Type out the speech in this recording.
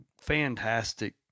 fantastic